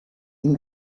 ihm